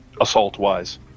Assault-wise